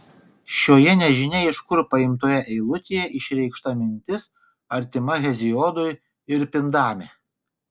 šioje nežinia iš kur paimtoje eilutėje išreikšta mintis artima heziodui ir pindami